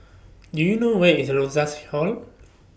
Do YOU know Where IS Rosas Hall